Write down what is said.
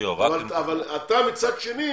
אבל אתה מצד שני